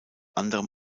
anderem